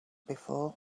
before